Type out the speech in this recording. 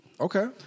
Okay